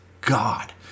God